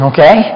Okay